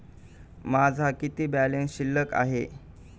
माझा किती बॅलन्स शिल्लक आहे?